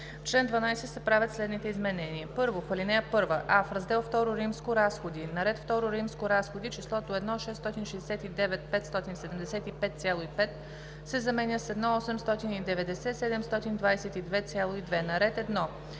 чл. 13 се правят следните изменения: